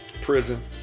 prison